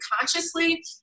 consciously